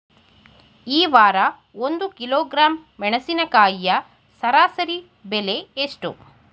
ಈ ವಾರ ಒಂದು ಕಿಲೋಗ್ರಾಂ ಮೆಣಸಿನಕಾಯಿಯ ಸರಾಸರಿ ಬೆಲೆ ಎಷ್ಟು?